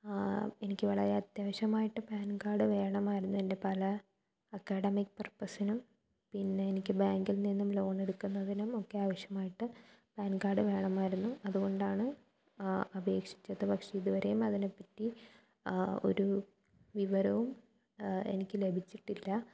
എനിക്ക് വളരെ അത്യാവശ്യമായിട്ട് പാൻ കാർഡ് വേണമായിരുന്നു എൻ്റെ പല അക്കാഡമിക് പർപ്പസിനും പിന്നെ എനിക്ക് ബാങ്കിൽനിന്ന് ലോൺ എടുക്കുന്നതിനും ഒക്കെ ആവശ്യമായിട്ട് പാൻ കാർഡ് വേണമായിരുന്നു അതുകൊണ്ടാണ് അപേക്ഷിച്ചത് പക്ഷെ ഇതുവരെ അതിനെപ്പറ്റി ഒരു വിവരവും എനിക്ക് ലഭിച്ചിട്ടില്ല